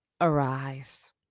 Arise